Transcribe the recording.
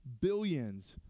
billions